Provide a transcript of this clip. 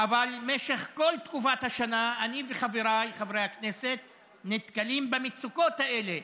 אבל משך כל תקופת השנה אני וחבריי חברי הכנסת נתקלים במצוקות האלה